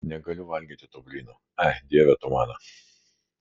negaliu valgyti tų blynų ai dieve tu mano